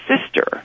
sister